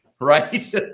right